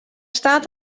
staat